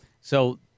So-